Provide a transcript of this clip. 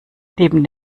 neben